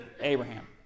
Abraham